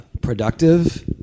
productive